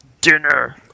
dinner